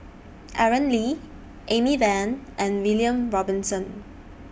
Aaron Lee Amy Van and William Robinson